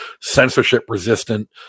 censorship-resistant